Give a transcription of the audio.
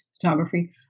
photography